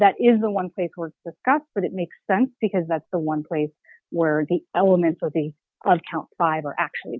that is the one place where the got but it makes sense because that's the one place where the elements of the count five are actually